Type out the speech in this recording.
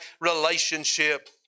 relationship